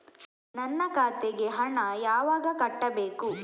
ನನ್ನ ಖಾತೆಗೆ ಹಣ ಯಾವಾಗ ಕಟ್ಟಬೇಕು?